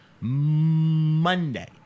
Monday